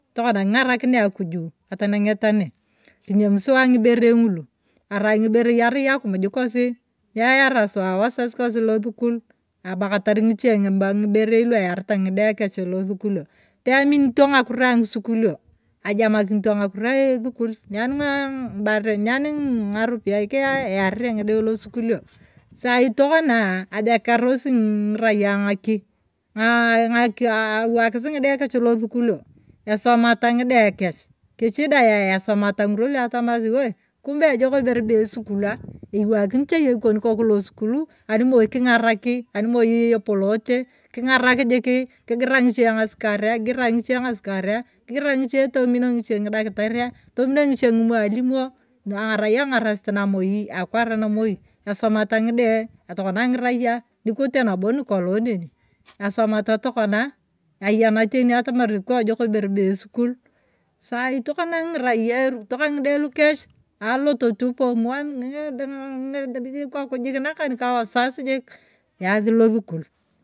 Natokana king'arakinia akuju atana ngeta ne kinyami suwa ng'iberei ng'ulu. arai ngiberei arai akumuj kosi nyenyara suwa wazaz kosi losukul amakatar ng'iche ng'iberei luaeyareta ng'ide kech losukulio. peaminto ng'akiro ang'isukulio ajamakinto ng'akiro esukul nyaanii ngiibaren. nyaanii ngii ng'aropiyae ii eyaare ng'ide losukulio. sai tokana ajokarosi ng'iraiya ng'akal ng'aaki ewkis ng'ide kech losukulion. esomata ng'ide kesh. kechii dai esonata ngirwa lu atomasi woi kumbe ejok iberebe esukuta. iwakini cha yong ikon koku losuku animoi king'araki. animoi epolote king'araki jiki kigirai ng'iiche ng'asikaria. kigarai ng'iche tomino ngiche nidakitari tomino ngiiche ng'imwalimo erai ang'arasu namoi akwar anamoi, nikol nabo neni. esomata tokona. ayena teni atamai kwa ejok iberebe esukul sai tokona ngiraya irukito ka ngide lukech alot tu pomone ng'ii ng'ii ikoko jik nakwan jik ka wazaz jik yasi losukol.